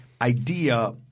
idea